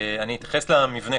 אני אתייחס למבנה,